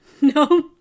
no